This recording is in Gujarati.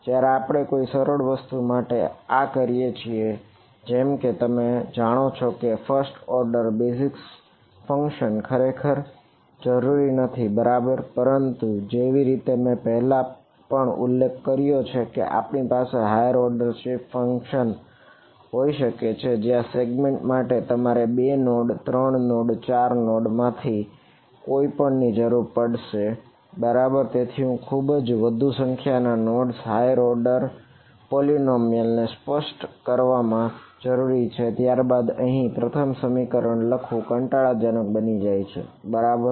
જયારે આપણે કોઈ સરળ વસ્તુ માટે આ કરીએ જેમ કે તમે જાણો છો કે ફસ્ટ ઓર્ડર ને સ્પષ્ટ કરવા માટે જરૂરી છે ત્યારબાદ અહીં આ પ્રથમ સમીકરણ લખવું એ કંટાળાજનક બની જાય છે બરાબર